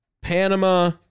Panama